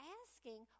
asking